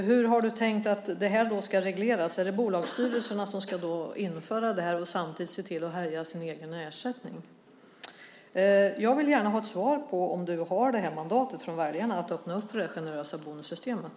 Hur har du tänkt att det här ska regleras? Är det bolagsstyrelserna som ska införa det här och samtidigt se till att höja sin egen ersättning? Jag vill gärna ha ett svar på frågan om du har det här mandatet från väljarna att öppna upp för det generösa bonussystemet.